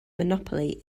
monopoly